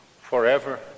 forever